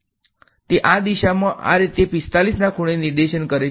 તેથી તે આ દિશામાં આ રીતે ૪૫ના ખુણે નિર્દેશન કર છે